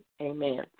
Amen